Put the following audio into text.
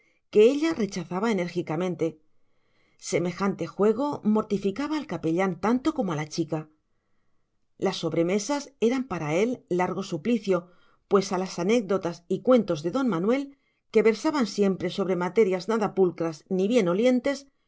que ella rechazaba enérgicamente semejante juego mortificaba al capellán tanto como a la chica las sobremesas eran para él largo suplicio pues a las anécdotas y cuentos de don manuel que versaban siempre sobre materias nada pulcras ni bien olientes